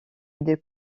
des